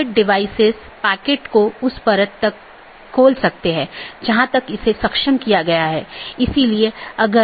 BGP का विकास routing सूचनाओं को एकत्र करने और संक्षेपित करने के लिए हुआ है